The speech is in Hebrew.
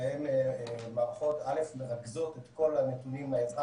ושניהן מערכות שמרכזות את כל הנתונים מהאזרח